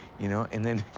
you know? and then